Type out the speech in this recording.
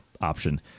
option